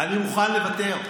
אני מוכן לוותר.